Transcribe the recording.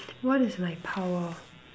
what is my power